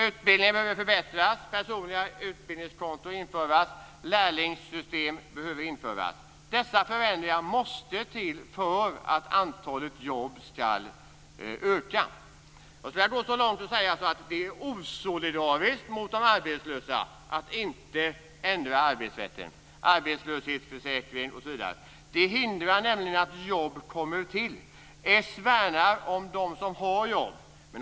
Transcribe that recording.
Utbildningen behöver förbättras, och personliga utbildningskonton och lärlingssystem behöver införas. Dessa förändringar måste till för att antalet jobb ska öka. Jag skulle vilja gå så långt som att säga att det är osolidariskt mot de arbetslösa att inte ändra arbetsrätten, arbetslöshetsförsäkring osv. Det hindrar nämligen att jobb kommer till. Socialdemokraterna värnar dem som har jobb.